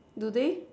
do they